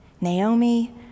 Naomi